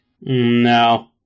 No